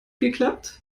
geklappt